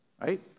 right